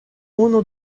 unu